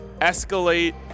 escalate